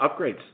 upgrades